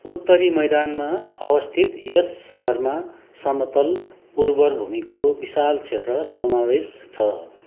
उत्तरी मैदानमा अवस्थित यस सहरमा समतल उर्वर भूमिको विशाल क्षेत्र समावेश छ